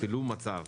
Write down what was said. צילום מצב,